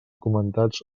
comentats